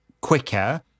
quicker